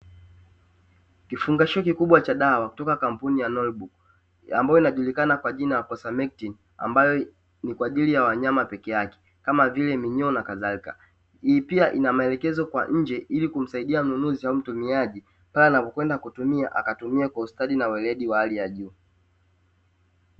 Kifungashio kikubwa cha dawa kutoka kampuni ya Norbrook ambayo inajulikana kwa jina la Closamectin, ambayo ni kwa ajili ya wanyama peke yake, kama vile minyoo na kadhalika. Hii pia ina maelekezo kwa nje ili kumsaidia mnunuzi au mtumiaji pale anapokwenda kutumia, akatumia kwa ustadi na weledi wa hali ya juu.